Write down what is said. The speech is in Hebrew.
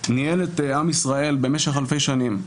ניהל את עם ישראל במשך אלפי שנים.